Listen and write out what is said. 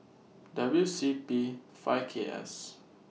W C P five K S